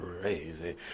crazy